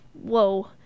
whoa